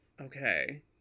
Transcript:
Okay